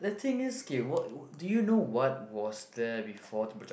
the thing is k wh~ wh~ what do you know what was there before the project